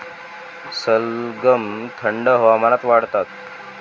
सलगम थंड हवामानात वाढतात